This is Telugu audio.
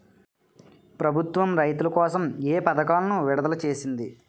ప్రభుత్వం రైతుల కోసం ఏ పథకాలను విడుదల చేసింది?